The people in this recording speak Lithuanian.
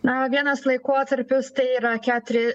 na vienas laikotarpis tai yra keturia